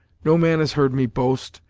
no man has heard me boast,